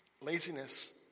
laziness